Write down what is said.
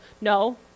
no